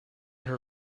her